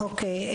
אוקיי,